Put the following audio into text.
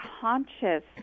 conscious